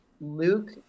Luke